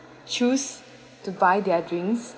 choose to buy their drinks